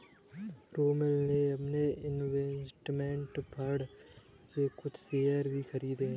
रोमिल ने अपने investment fund से कुछ शेयर भी खरीदे है